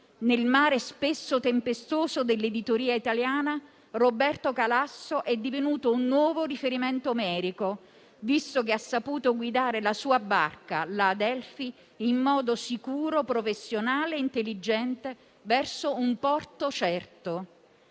nel mare spesso tempestoso dell'editoria italiana, Roberto Calasso è divenuto un nuovo riferimento omerico, visto che ha saputo guidare la sua barca, la Adelphi, in modo sicuro, professionale e intelligente verso un porto certo.